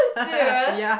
serious